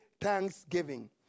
thanksgiving